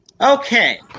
Okay